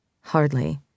Hardly